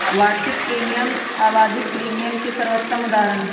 वार्षिक प्रीमियम आवधिक प्रीमियम के सर्वोत्तम उदहारण हई